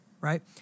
right